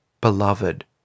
Beloved